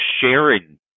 sharing